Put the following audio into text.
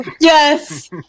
Yes